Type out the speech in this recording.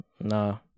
no